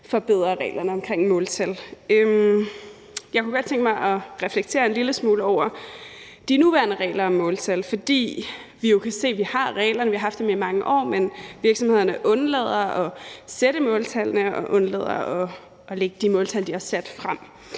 forbedre reglerne omkring måltal. Jeg kunne godt tænke mig at reflektere en lille smule over de nuværende regler om måltal, for vi kan jo se, at vi har reglerne – vi har haft dem i mange år – men at virksomhederne undlader at sætte måltallene og undlader at lægge de måltal, de har sat, frem.